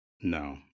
No